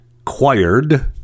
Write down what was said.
acquired